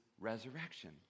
Resurrection